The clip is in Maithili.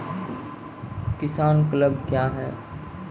किसान क्लब क्या हैं?